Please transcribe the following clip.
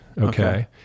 Okay